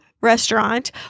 restaurant